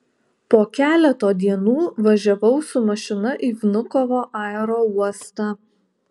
po keleto dienų važiavau su mašina į vnukovo aerouostą